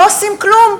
לא עושים כלום,